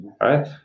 right